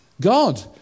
God